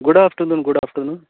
good afternoon good afternoon